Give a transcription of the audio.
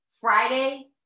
friday